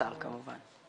והאוצר כמובן.